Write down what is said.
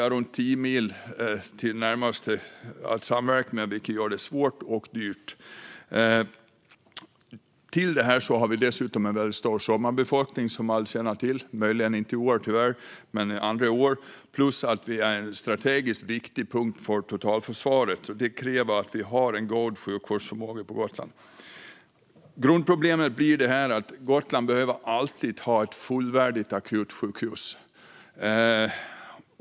Öläget med tio mil till den närmaste att samverka med gör att det blir svårt och dyrt. Dessutom har vi en stor sommarbefolkning, som alla känner till. Så blir det möjligen inte i år, tyvärr, men andra år. Gotland är också en strategiskt viktig punkt för totalförsvaret. Det kräver att vi har en god sjukvårdsförmåga på Gotland. Grundproblemet är att Gotland alltid behöver ha ett fullvärdigt akutsjukhus.